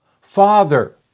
Father